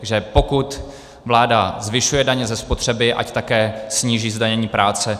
Že pokud vláda zvyšuje daně ze spotřeby, ať také sníží zdanění práce.